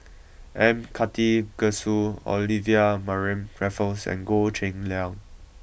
M Karthigesu Olivia Mariamne Raffles and Goh Cheng Liang